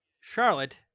Charlotte